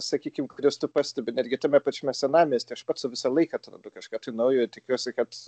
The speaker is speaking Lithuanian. sakykim kristų pastebiu netgi tame pačiame senamiestyje aš pats visą laiką kažką naujo tikiuosi kad